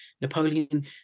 Napoleon